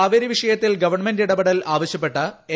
കാവേരി വിഷയത്തിൽ ഗവൺമെന്റ് ഇടപെടൽ ആവശ്യപ്പെട്ട് എ